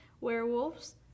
werewolves